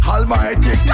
Almighty